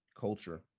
culture